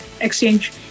exchange